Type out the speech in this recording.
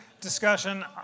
discussion